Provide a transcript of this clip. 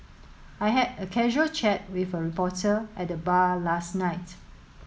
I had a casual chat with a reporter at the bar last night